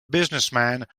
businessman